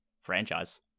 franchise